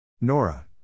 Nora